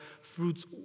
fruits